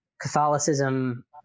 Catholicism